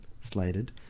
slated